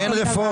אין רפורמה.